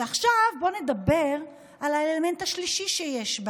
ועכשיו בוא נדבר על האלמנט השלישי שיש,